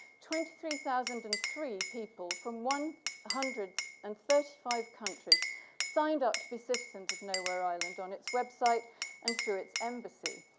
twenty three thousand and three people from one hundred and thirty five countries signed up to be citizens of nowhereisland on its website and through its embassy,